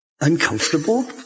uncomfortable